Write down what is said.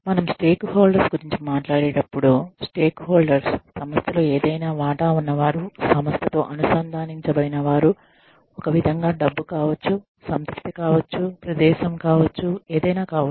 మనం stakeholders గురించి మాట్లాడేటప్పుడు స్టేక్ హోల్డర్స్ సంస్థలో ఏదైనా వాటా ఉన్నవారు సంస్థతో అనుసంధానించబడినవారు ఒక విధంగా డబ్బు కావచ్చు సంతృప్తి కావచ్చు ప్రదేశం కావచ్చు ఏదైనా కావచ్చు